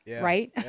right